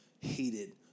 hated